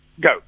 Go